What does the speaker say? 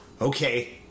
okay